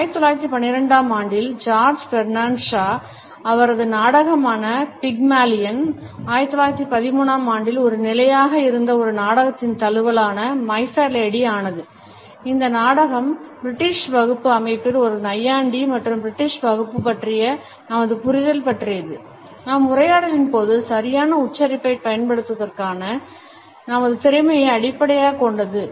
1912 ஆம் ஆண்டில் George Bernard Shaw அவரது நாடகமான பிக்மலியன் 1913 ஆம் ஆண்டில் ஒரு நிலையாக இருந்த ஒரு நாடகத்தின் தழுவலான My Fairlady ஆனது இந்த நாடகம் பிரிட்டிஷ் வகுப்பு அமைப்பில் ஒரு நையாண்டி மற்றும் பிரிட்டிஷ் வகுப்பு பற்றிய நமது புரிதல் பற்றியது நம் உரையாடலின் போது சரியான உச்சரிப்பைப் பயன்படுத்துவதற்கான நமது திறமையை அடிப்படையாகக் கொண்டது